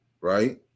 right